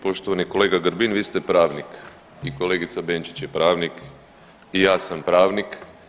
Poštovani kolega Grbin vi ste pravnik i kolegica Benčić je pravnik i ja sam pravnik.